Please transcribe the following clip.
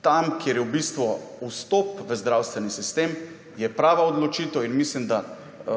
tam, kjer je v bistvu vstop v zdravstveni sistem, je prava odločitev in mislim, da